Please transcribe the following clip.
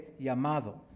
llamado